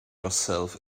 yourself